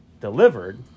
delivered